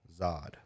Zod